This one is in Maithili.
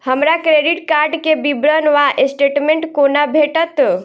हमरा क्रेडिट कार्ड केँ विवरण वा स्टेटमेंट कोना भेटत?